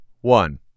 One